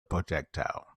projectile